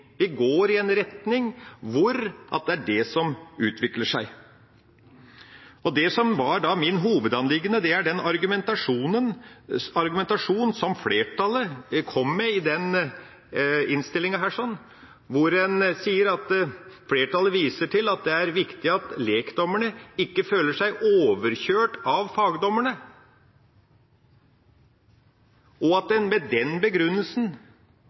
Vi går i en retning hvor det er det som utvikler seg. Og det som var mitt hovedanliggende, er den argumentasjonen som flertallet kom med i innstillinga, hvor flertallet «viser til at det er viktig at lekdommere ikke føler seg overkjørt av fagdommere», og at en med den begrunnelsen